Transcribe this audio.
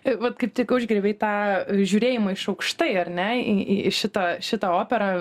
vat kaip tik užgriebei tą žiūrėjimą iš aukštai ar ne į į šitą į šitą operą